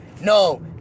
no